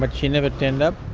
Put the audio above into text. but she never turned up.